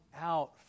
out